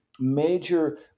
Major